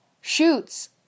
Shoots